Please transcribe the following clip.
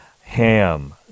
Ham